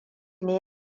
ne